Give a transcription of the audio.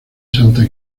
santa